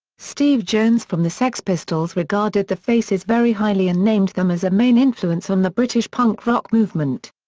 steve jones from the sex pistols regarded the faces very highly and named them as a main influence on the british punk rock movement.